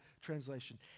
translation